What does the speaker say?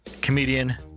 comedian